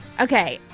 okay,